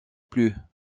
plus